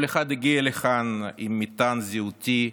כל אחד הגיע לכאן עם מטען זהותי,